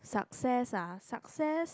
success ah success